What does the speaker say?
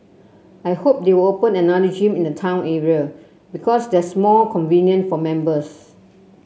I hope they will open another gym in the town area because that's more convenient for members